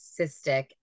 cystic